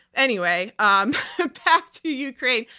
anyway, um back to ukraine.